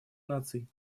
наций